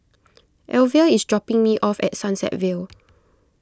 Elvia is dropping me off at Sunset Vale